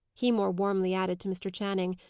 he more warmly added to mr. channing,